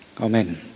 amen